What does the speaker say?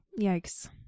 yikes